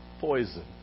poison